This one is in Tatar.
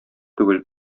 түгел